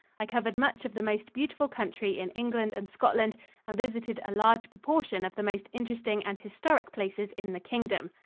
i covered much of the most beautiful country in england and scotland and visited a large proportion of the most interesting and historic places in the kingdom.